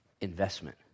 investment